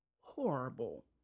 horrible